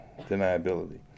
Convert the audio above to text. deniability